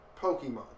Pokemon